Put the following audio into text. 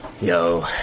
Yo